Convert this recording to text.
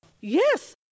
Yes